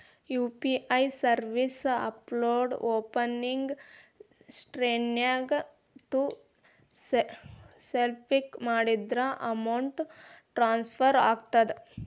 UPI service ಆಪ್ನ್ಯಾಓಪನಿಂಗ್ ಸ್ಕ್ರೇನ್ನ್ಯಾಗ to self click ಮಾಡಿದ್ರ ಅಮೌಂಟ್ ಟ್ರಾನ್ಸ್ಫರ್ ಆಗತ್ತ